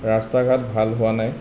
ৰাস্তা ঘাট ভাল হোৱা নাই